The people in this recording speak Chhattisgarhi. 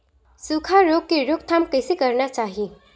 सुखा रोग के रोकथाम कइसे करना चाही?